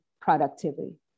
productivity